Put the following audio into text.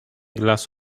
glass